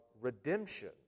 redemption